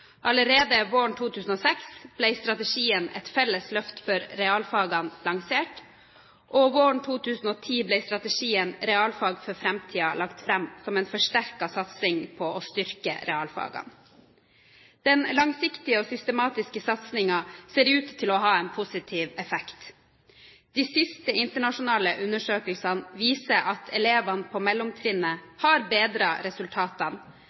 Allerede våren 2006 ble strategien «Et felles løft for realfagene» lansert, og våren 2010 ble strategien «Realfag for framtida» lagt fram som en forsterket satsing på å styrke realfagene. Den langsiktige og systematiske satsingen ser ut til å ha en positiv effekt. De siste internasjonale undersøkelsene viser at elevene på mellomtrinnet har bedret resultatene.